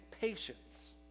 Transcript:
patience